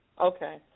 Okay